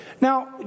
Now